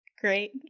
Great